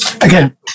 Again